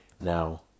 Now